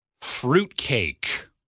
Fruitcake